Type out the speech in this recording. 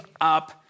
up